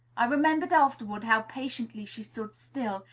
i remembered afterward how patiently she stood still,